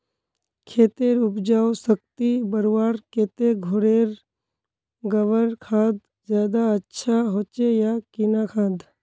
खेतेर उपजाऊ शक्ति बढ़वार केते घोरेर गबर खाद ज्यादा अच्छा होचे या किना खाद?